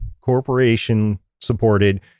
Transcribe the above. corporation-supported